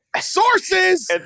Sources